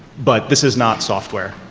but this is not software.